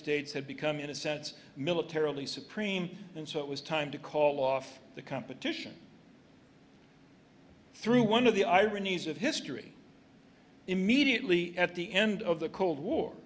states had become in a sense militarily supreme and so it was time to call off the competition through one of the ironies of history immediately at the end of the cold war